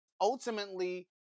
ultimately